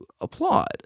applaud